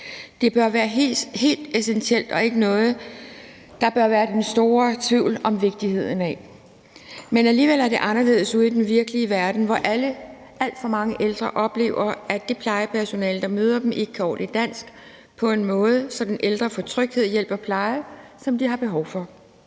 Det bør være helt essentielt og ikke noget, der bør være den store tvivl om vigtigheden af. Alligevel er det anderledes ude i den virkelige verden, hvor alt for mange ældre oplever, at det plejepersonale, der møder dem, ikke kan dansk på et niveau, der sikrer, at den ældre får den tryghed, hjælp og pleje, som de har behov for.